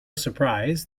surprise